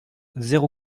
zéro